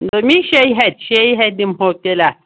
نوٚمے شیٚیہِ ہَتہِ شیٚیہِ ہَتہِ دِمو تیٚلہِ اَتھ